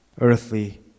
earthly